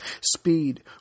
Speed